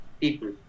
people